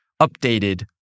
updated